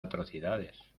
atrocidades